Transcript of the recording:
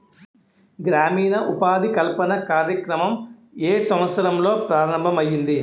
గ్రామీణ ఉపాధి కల్పన కార్యక్రమం ఏ సంవత్సరంలో ప్రారంభం ఐయ్యింది?